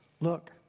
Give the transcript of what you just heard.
look